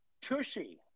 Tushy